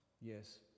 Yes